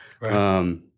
Right